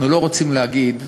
אנחנו לא רוצים להגיד,